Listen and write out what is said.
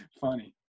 funny